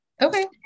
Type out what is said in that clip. Okay